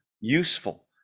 useful